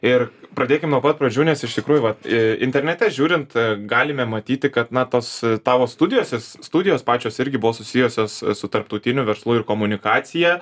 ir pradėkim nuo pat pradžių nes iš tikrųjų vat internete žiūrint galime matyti kad na tos tavo studijos jos studijos pačios irgi buvo susijusios su tarptautiniu verslu ir komunikacija